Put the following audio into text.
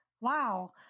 Wow